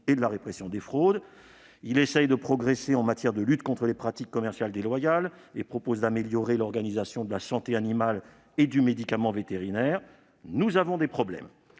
et de la répression des fraudes. Il essaie de faire progresser la lutte contre les pratiques commerciales déloyales et vise à améliorer l'organisation de la santé animale et du médicament vétérinaire. Nous avons en revanche